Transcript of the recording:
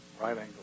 right-angle